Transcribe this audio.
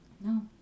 No